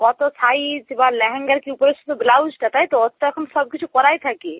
কত সাইজ বা লেহেঙ্গার কি উপরে শুধু ব্লাউজটা তাই তো ওর তো এখন সবকিছু করাই থাকে